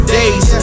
days